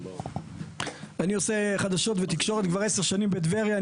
אני עושה חדשות ותקשורת כבר עשר שנים בטבריה.